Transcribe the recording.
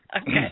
Okay